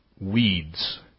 weeds